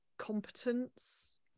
competence